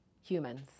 humans